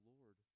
Lord